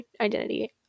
identity